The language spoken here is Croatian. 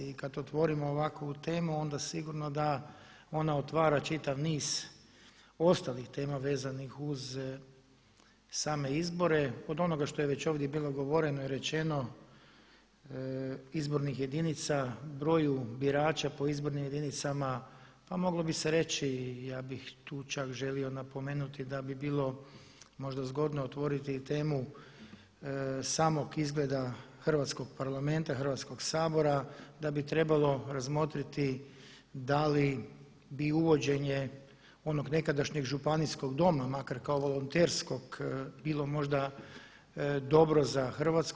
I kad otvorimo ovakvu temu onda sigurno da ona otvara čitav niz ostalih tema vezanih uz same izbore, od onoga što je već ovdje bilo govoreno i rečeno izbornih jedinica, broju birača po izbornim jedinicama pa moglo bi se reći ja bih tu čak želio napomenuti da bi bilo možda zgodno otvoriti i temu samog izgleda Hrvatskog parlamenta, Hrvatskog sabora, da bi trebalo razmotriti da li bi uvođenje onog nekadašnjeg Županijskog doma makar kao volonterskog bilo možda dobro za Hrvatsku.